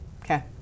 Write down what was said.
Okay